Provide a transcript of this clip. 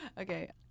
Okay